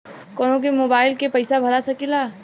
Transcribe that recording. कन्हू भी मोबाइल के पैसा भरा सकीला?